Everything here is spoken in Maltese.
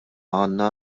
għandna